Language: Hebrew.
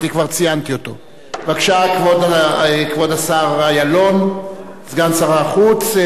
בבקשה, כבוד השר אילון, סגן שר החוץ.